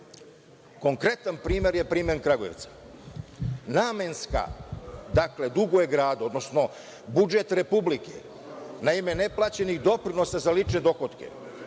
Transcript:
tako. Konkretan primer je primer Kragujevca. Namenska duguje gradu, odnosno budžet Republike na ime neplaćenih doprinosa za lične dohotke,